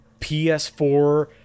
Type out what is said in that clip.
PS4